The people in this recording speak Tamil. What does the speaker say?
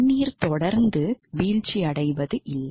தண்ணீர் தொடர்ந்து வீழ்ச்சியடைவதில்லை